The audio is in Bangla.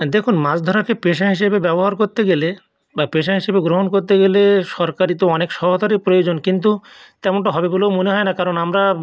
দেখুন মাছ ধরাকে পেশা হিসেবে ব্যবহার করতে গেলে বা পেশা হিসেবে গ্রহণ করতে গেলে সরকারি তো অনেক সহয়তারই প্রয়োজন কিন্তু তেমনটা হবে বলেও মনে হয় না কারণ আমরা